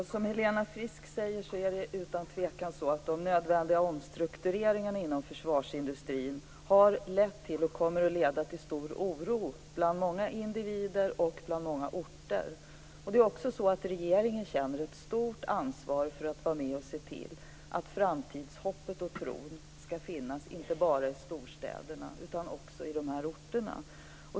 Herr talman! Det är utan tvivel så som Helena Frisk säger, att de nödvändiga omstruktureringarna inom försvarsindustrin har lett till och kommer att leda till stor oro bland många individer och på många orter. Det är också så att regeringen känner ett stort ansvar för att bidra till att framtidshopp och framtidstro skall finnas inte bara i storstäderna utan också på de här orterna.